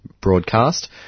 broadcast